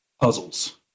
puzzles